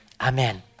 Amen